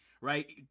right